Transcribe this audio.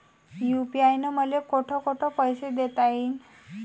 UPI न मले कोठ कोठ पैसे देता येईन?